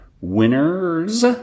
winner's